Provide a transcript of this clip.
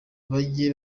bage